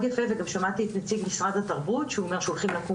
יפה וגם שמעתי את נציג משרד התרבות שהוא אומר שהולכים לקום